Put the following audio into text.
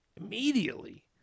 immediately